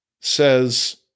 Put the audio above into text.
says